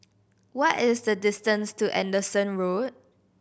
what is the distance to Anderson Road